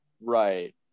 Right